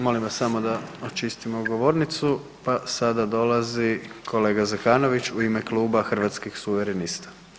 Molim vas samo da očistimo govornicu pa sada dolazi kolega Zekanović u ime Kluba zastupnika Hrvatskih suverenista.